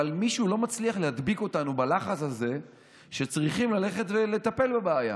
אבל מישהו לא מצליח להדביק אותנו בלחץ הזה שצריכים ללכת ולטפל בבעיה.